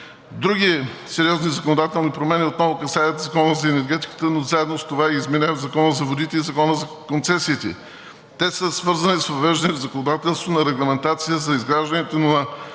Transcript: Други сериозни законодателни промени отново касаят Закона за енергетиката, но заедно с това и изменението в Закона за водите и Закона за концесиите. Те са свързани с въвеждането на законодателство на регламентация за изграждането на